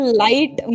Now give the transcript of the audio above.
light